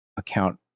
account